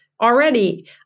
Already